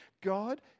God